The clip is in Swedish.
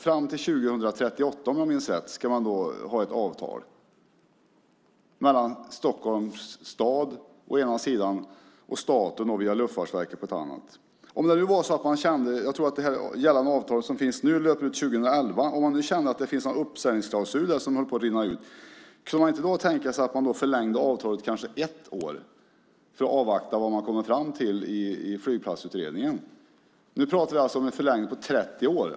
Fram till 2038, om jag minns rätt, ska man ha ett avtal mellan Stockholms stad å ena sidan och staten via Luftfartsverket å andra sidan. Jag tror att det gällande avtalet löper ut 2011. Om man nu kände att det finns en uppsägningsklausul som håller på att rinna ut, kunde man då inte tänka sig att förlänga avtalet kanske ett år för att avvakta vad de kommer fram till i Flygplatsutredningen? Nu pratar vi alltså om en förlängning på 30 år.